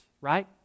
right